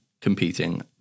competing